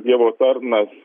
dievo tarnas